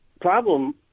problem